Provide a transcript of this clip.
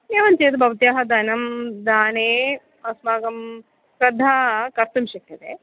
एवं चेत् भवत्याः धनं दाने अस्माकं श्रद्धा कर्तुं शक्यते